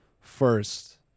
first